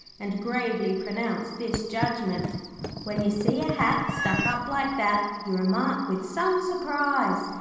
and gravely pronounced this judgement when you see a hat stuck up like that you remark with some surprise,